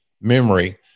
memory